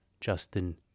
Justin